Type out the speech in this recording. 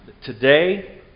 today